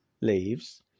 leaves